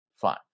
fine